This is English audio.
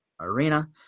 Arena